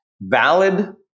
valid